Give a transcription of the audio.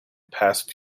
past